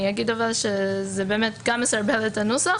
זה גם מסרבל את הנוסח,